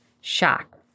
shock